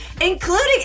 including